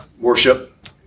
worship